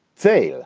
say,